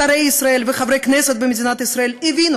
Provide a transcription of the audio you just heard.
שרי ישראל וחברי כנסת במדינת ישראל הבינו